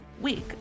week